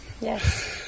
Yes